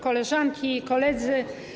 Koleżanki i Koledzy!